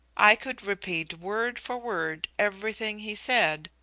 i could repeat word for word everything he said,